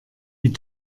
die